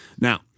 Now